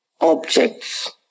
objects